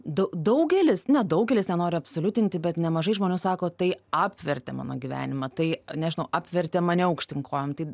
du daugelis nedaugelis nenoriu absoliutinti bet nemažai žmonių sako tai apvertė mano gyvenimą tai nežinau apvertė mane aukštyn kojom tai